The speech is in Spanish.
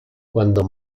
cuando